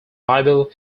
bible